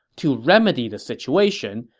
to remedy the situation,